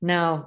Now